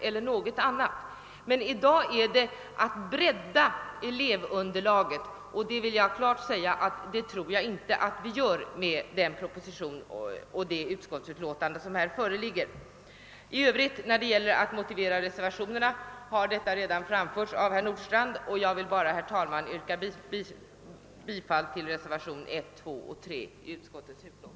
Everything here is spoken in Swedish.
Nu gäller det att bredda elevunderlaget, och det tror jag inte — det vill jag klart säga ifrån — kommer att ske om propositionens och utskottets förslag går igenom. Herr Nordstrandh har redan motiverat reservationerna, och jag ber därför, herr talman, att få yrka bifall till reservationerna 1, 2 och 3 i utskottets utlåtande.